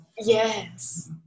Yes